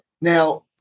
Now